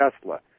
Tesla